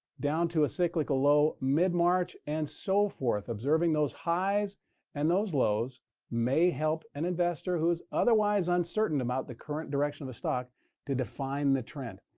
down to a cyclical low mid-march, and so forth. observing those highs and those lows may help an investor who is otherwise uncertain about the current direction of the stock to define the trend.